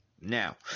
Now